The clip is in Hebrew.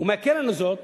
ומהקרן הזאת